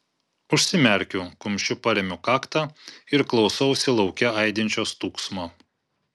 užsimerkiu kumščiu paremiu kaktą ir klausausi lauke aidinčio stūgsmo